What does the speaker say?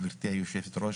גברתי היושבת-ראש,